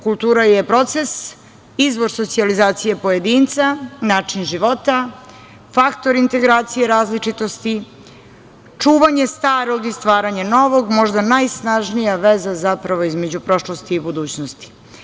Kultura je proces, izbor socijalizacije pojedinca, način života, faktor integracije različitosti, čuvanje starog i stvaranje novog, možda najsnažnija veza zapravo je između prošlosti i budućnosti.